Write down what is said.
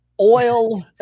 oil